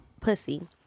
pussy